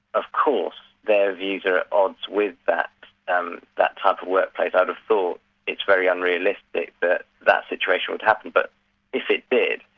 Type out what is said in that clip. of course their views are at odds with that and that type of workplace, i'd have thought it's very unrealistic that that situation would happen, but if it did,